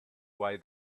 why